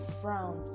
frown